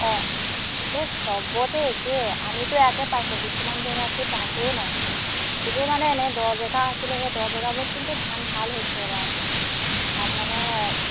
অঁ এই সবতে একেই আমিতো ইয়াকে পাইছোঁ কিছুমান জেগাততো তাকোৱে নাই যিবোৰ মানে এনেই দ জেগা আছিলে সেই দ জেগাবোৰত কিন্তু ধান ভাল হৈছে এইবাৰ তাত মানে